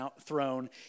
throne